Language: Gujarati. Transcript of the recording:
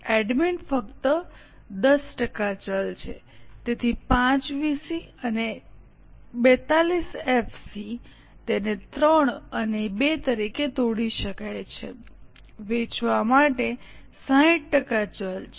એડમિન ફક્ત 10 ટકા ચલ છે તેથી 5 વીસી અને 42 એફસી તેને 3 અને 2 તરીકે તોડી શકાય છે વેચવા માટે 60 ટકા ચલ છે